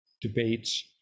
debates